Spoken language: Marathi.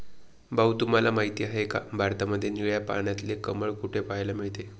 भाऊ तुम्हाला माहिती आहे का, भारतामध्ये निळे पाण्यातले कमळ कुठे पाहायला मिळते?